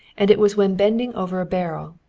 and it was when bending over a barrel,